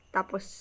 Tapos